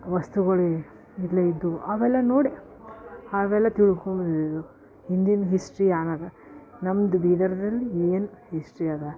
ವಸ್ತುಗಳು ಇಲ್ಲೆ ಇದ್ದು ಅವೆಲ್ಲ ನೋಡಿ ಅವೆಲ್ಲ ತಿಳ್ಕೊ ಹಿಂದಿನ ಹಿಸ್ಟ್ರಿ ಯಾನದ ನಮ್ಮದು ಬೀದರ್ದಲ್ಲಿ ಏನು ಹಿಸ್ಟ್ರಿ ಅದ